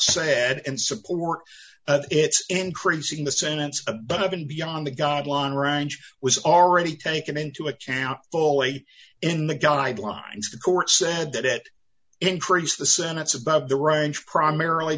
said and support it's increasing the sentence above and beyond the guideline range was already taken into account fully in the guidelines the court said that it increased the senate's above the range primarily